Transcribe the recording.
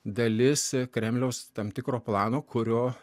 dalis kremliaus tam tikro plano kurio